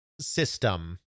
system